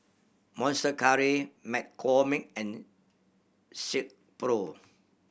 Monster Curry McCormick and Silkpro